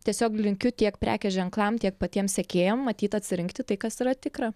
tiesiog linkiu tiek prekės ženklam tiek patiem sekėjam matyt atsirinkti tai kas yra tikra